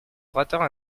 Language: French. orateurs